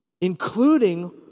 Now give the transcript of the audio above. including